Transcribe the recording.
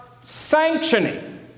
sanctioning